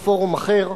בפורום אחר: